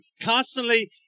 constantly